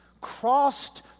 crossed